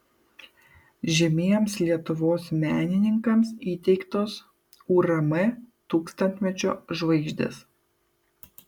žymiems lietuvos menininkams įteiktos urm tūkstantmečio žvaigždės